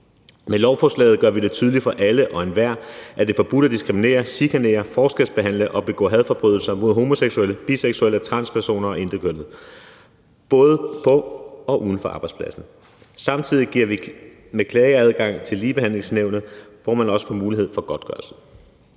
Med lovforslaget gør vi det tydeligt for alle og enhver, at det er forbudt at diskriminere, chikanere, forskelsbehandle og begå hadforbrydelser mod homoseksuelle, biseksuelle, transpersoner og intetkønnede både på og uden for arbejdspladsen. Samtidig giver vi klageadgang til Ligebehandlingsnævnet, hvor man også får mulighed for godtgørelse.